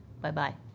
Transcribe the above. Bye-bye